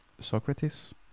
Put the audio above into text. Socrates